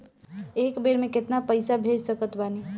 एक बेर मे केतना पैसा हम भेज सकत बानी?